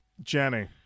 jenny